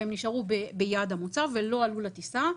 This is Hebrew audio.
הם נשארו ביעד המוצא ולא עלו לטיסה.